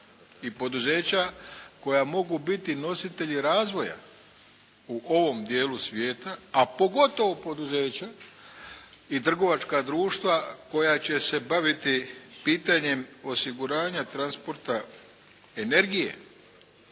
i poduzeća koja mogu biti nositelji razvoja u ovom dijelu svijeta, a pogotovo poduzeća i trgovačka društva koja će se baviti pitanjem osiguranja transporta energije,